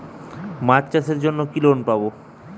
মাছ চাষের জন্য কি লোন পাব?